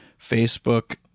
Facebook